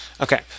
Okay